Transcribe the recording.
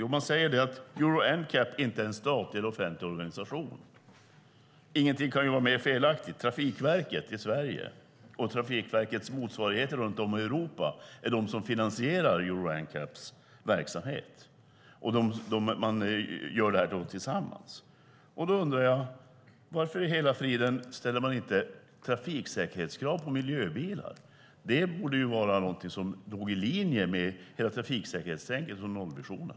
Jo, man säger att Euro NCAP inte är en statlig offentlig organisation. Ingenting kan vara mer felaktigt. Trafikverket i Sverige och Trafikverkets motsvarigheter runt om i Europa finansierar Euro NCAP:s verksamhet. Man gör detta tillsammans. Då undrar jag: Varför ställer man inte trafiksäkerhetskrav på miljöbilar? Det borde vara något som ligger i linje med hela trafiksäkerhetstänket och nollvisionen.